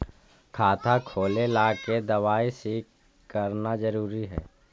खाता खोले ला के दवाई सी करना जरूरी है?